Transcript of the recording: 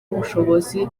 ubushobozi